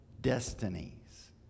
destinies